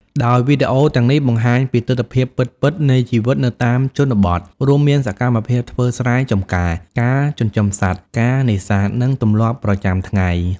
ដោយវីដេអូទាំងនេះបង្ហាញពីទិដ្ឋភាពពិតៗនៃជីវិតនៅតាមជនបទ រួមមាន សកម្មភាពធ្វើស្រែចំការ ការចិញ្ចឹមសត្វ ការនេសាទ និងទម្លាប់ប្រចាំថ្ងៃ។